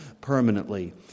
permanently